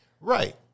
Right